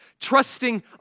Trusting